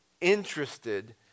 interested